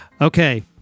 Okay